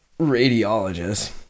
radiologist